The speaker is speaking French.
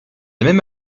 même